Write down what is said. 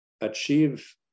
achieve